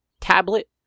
tablet